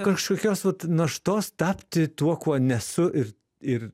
kažkokios vat naštos tapti tuo kuo nesu ir ir